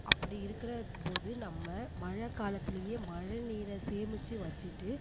அப்படி இருக்கிற போது நம்ம மழை காலத்துலேயே மழை நீரை சேமித்து வச்சுட்டு